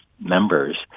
members